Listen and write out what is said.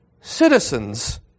Citizens